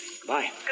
Goodbye